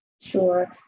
Sure